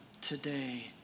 today